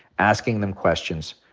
asking them questions.